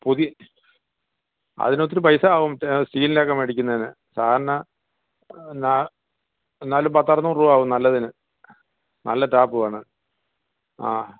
പുതിയ അതിനൊത്തിരി പൈസ ആകും സ്റ്റീൽ ഒക്കെ മേടിക്കുന്നതിന് സാധാരണ എന്നാൽ എന്നാലും പത്തു അറുനൂറ് രൂപ ആവും നല്ലതിന് നല്ല ടാപ്പും ആണ് ആഹ്